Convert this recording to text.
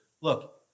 Look